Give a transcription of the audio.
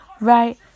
right